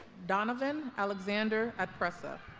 donovan alexander adpressa